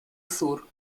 sur